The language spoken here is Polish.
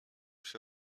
się